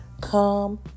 Come